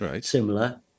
similar